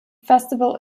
festival